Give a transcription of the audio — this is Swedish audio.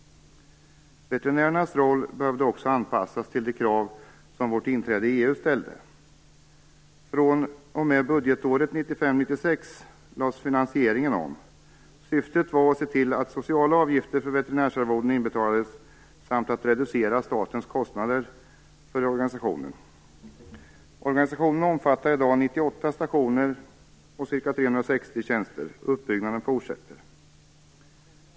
Veterinärernas roll behövde också anpassas till de krav som vårt inträde i EU ställde. Från och med budgetåret 1995/96 lades finansieringen om. Syftet var att se till att sociala avgifter för veterinärsarvoden inbetalades samt att reducera statens kostnader för organisationen. Organisationen omfattar i dag 98 stationer och ca 360 tjänster. Uppbyggnaden fortsätter.